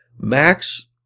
Max